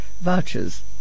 vouchers